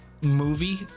movie